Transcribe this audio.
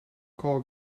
call